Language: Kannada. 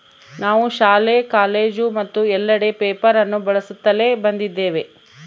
ನಾವು ಶಾಲೆ, ಕಾಲೇಜು ಮತ್ತು ಎಲ್ಲೆಡೆ ಪೇಪರ್ ಅನ್ನು ಬಳಸುತ್ತಲೇ ಬಂದಿದ್ದೇವೆ